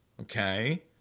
okay